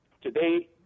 Today